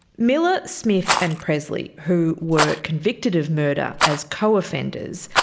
miller, smith and presley who were convicted of murder as co-offenders,